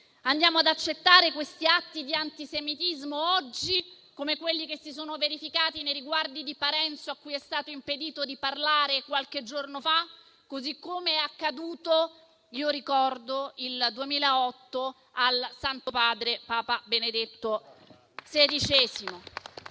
Andiamo ad accettare questi atti di antisemitismo oggi, come quelli che si sono verificati nei riguardi di Parenzo, a cui è stato impedito di parlare qualche giorno fa, o così com'è accaduto - lo ricordo - il 2008 al Santo Padre, Papa Benedetto XVI?